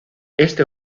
este